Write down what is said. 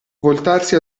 voltarsi